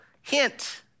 hint